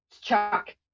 Chuck